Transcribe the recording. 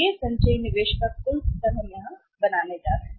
यह है संचयी निवेश का कुल स्तर हम यहाँ बनाने जा रहे हैं